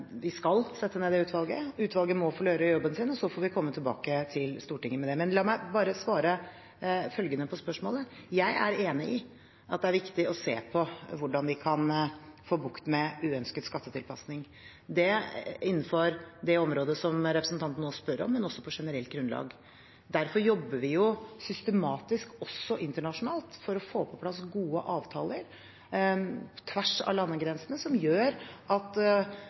vi skal sette ned dette utvalget. Utvalget må få gjøre jobben sin, og så får vi komme tilbake til Stortinget med det. Men la meg bare svare følgende på spørsmålet: Jeg er enig i at det er viktig å se på hvordan vi kan få bukt med uønsket skattetilpasning innenfor det området som representanten nå spør om, men også på generelt grunnlag. Derfor jobber vi systematisk også internasjonalt for å få på plass gode avtaler på tvers av landegrensene, som gjør at